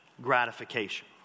gratification